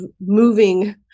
moving